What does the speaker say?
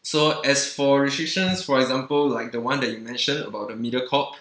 so as for restrictions for example like the one that you mentioned about the Mediacorp